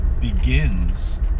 begins